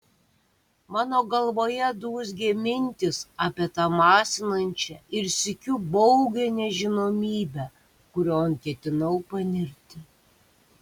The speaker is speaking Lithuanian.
mano galvoje dūzgė mintys apie tą masinančią ir sykiu baugią nežinomybę kurion ketinau panirti